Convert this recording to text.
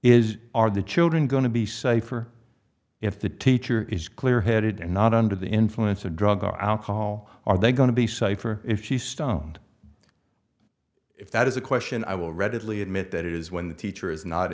is are the children going to be safer if the teacher is clear headed and not under the influence of drugs or alcohol are they going to be safer if she stoned if that is a question i will readily admit that it is when the